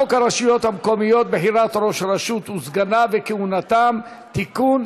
הצעת חוק הרשויות המקומיות (בחירת ראש הרשות וסגניו וכהונתם) (תיקון,